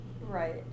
Right